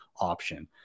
option